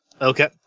Okay